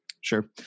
Sure